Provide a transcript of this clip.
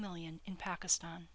million in pakistan